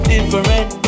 Different